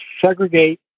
segregate